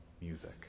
music